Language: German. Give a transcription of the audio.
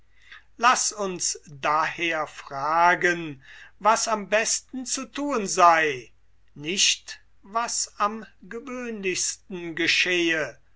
laß uns daher fragen was am besten zu thun sei nicht was am gewöhnlichsten geschehe